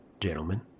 gentlemen